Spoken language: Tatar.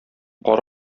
кар